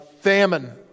famine